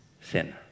Sin